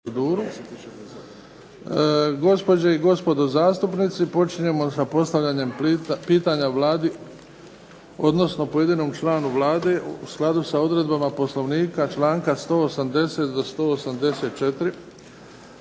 Gospođe i gospodo zastupnici, počinjemo sa postavljanjem pitanja Vladi odnosno pojedinom članu Vlade u skladu sa odredbama Poslovnika članka 180. do 184.